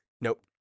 Nope